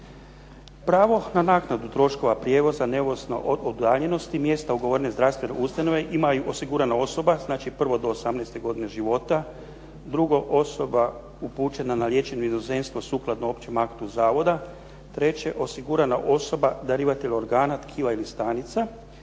Pravo na naknadu troškova prijevoza neovisno o udaljenosti mjesta ugovorene zdravstvene ustanove ima osigurana osoba, znači prvo do 18. godine života, drugo osoba upućena na liječenje u inozemstvo sukladno općem aktu zavoda, treće osigurana osoba darivatelj organa, tkiva ili stanica